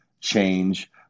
change